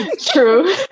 True